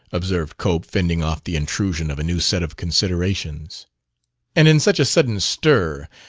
observed cope, fending off the intrusion of a new set of considerations and in such a sudden stir.